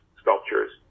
sculptures